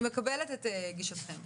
אני רק מציין את זה לוועדה.